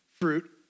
fruit